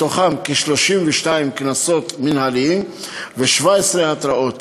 ניתנו 32 קנסות מינהליים ו-17 התראות.